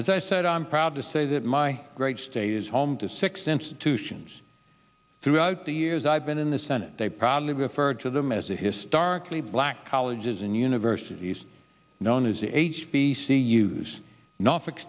as i said i'm proud to say that my great state is home to six institutions throughout the years i've been in the senate they proudly referred to them as the historically black colleges and universities known as h b c u's no